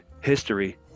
history